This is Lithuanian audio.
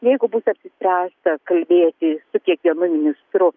jeigu bus apsispręsta kalbėti su kiekvienu ministru